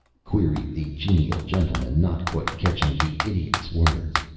queried the genial gentleman, not quite catching the idiot's words.